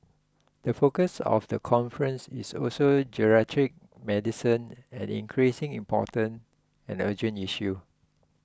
the focus of the conference is also geriatric medicine an increasingly important and urgent issue